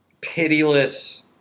pitiless